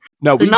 No